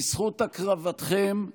בזכות הקרבתכם,